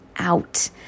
out